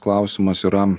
klausimas yra